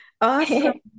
Awesome